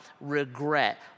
regret